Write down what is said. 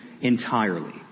entirely